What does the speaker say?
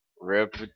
Rip